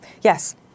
Yes